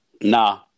Nah